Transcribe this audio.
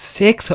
six